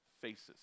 faces